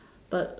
but